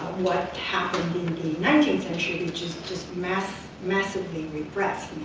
what happened in the nineteenth century, which is just massively massively repressed